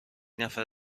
نفر